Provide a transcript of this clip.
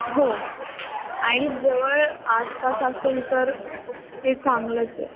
हो आणि जवळ आसपास असेल तर ते चांगलंच आहे